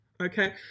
okay